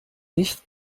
nicht